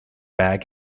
bag